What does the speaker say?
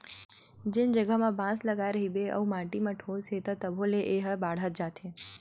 जेन जघा म बांस लगाए रहिबे अउ माटी म ठोस हे त तभो ले ए ह बाड़हत जाथे